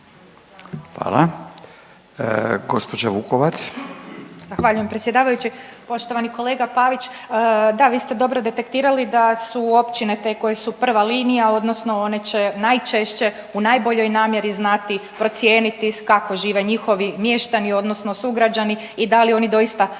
(Nezavisni)** Zahvaljujem predsjedavajući. Poštovani kolega Pavić, da vi ste dobro detektirali da su općine te koje su prva linija, odnosno one će najčešće u najboljoj namjeri znati procijeniti kako žive njihovi mještani, odnosno sugrađani i da li oni doista trebaju